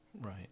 Right